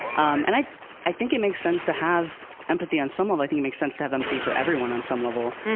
um and i i think it makes sense to have empathy on someone i think makes sense to have empathy for everyone on some level.